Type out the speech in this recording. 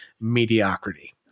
mediocrity